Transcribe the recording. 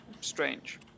strange